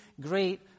great